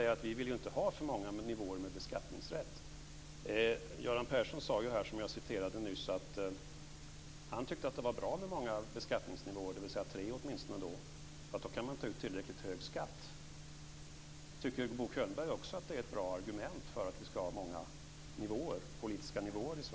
Men vi vill inte ha för många nivåer med beskattningsrätt. Göran Persson sade, vilket jag nyss citerade, att han tyckte att det var bra med många beskattningsnivåer, dvs. åtminstone tre, eftersom man då kan ta ut tillräckligt hög skatt. Tycker Bo Könberg också att det är ett bra argument för att vi ska ha många politiska nivåer i Sverige?